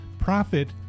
Profit